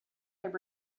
could